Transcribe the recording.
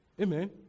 Amen